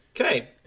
Okay